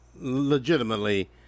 legitimately